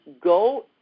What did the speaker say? go